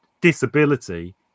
disability